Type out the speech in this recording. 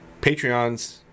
Patreons